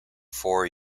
four